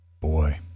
Boy